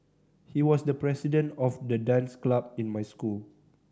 he was the president of the dance club in my school